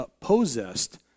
possessed